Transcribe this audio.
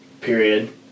period